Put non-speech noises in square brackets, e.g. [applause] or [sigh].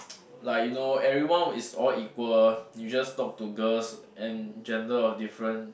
[noise] like you know everyone is all equal you just talk to girls and gender of different